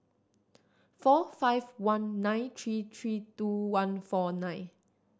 four five one nine three three two one four nine